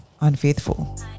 unfaithful